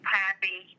happy